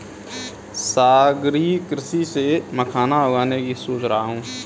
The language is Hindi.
सागरीय कृषि से मखाना उगाने की सोच रहा हूं